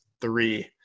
three